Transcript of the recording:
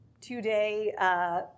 two-day